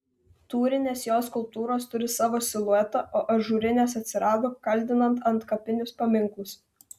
tūrinės jo skulptūros turi savo siluetą o ažūrinės atsirado kaldinant antkapinius paminklus